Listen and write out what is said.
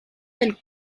del